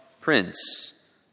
Prince